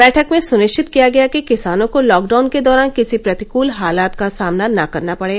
बैठक में सुनिश्चित किया गया कि किसानों को लॉकडाउन के दौरान किसी प्रतिकूल हालात का सामना न करना पड़े